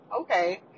Okay